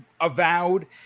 Avowed